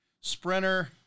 sprinter